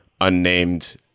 unnamed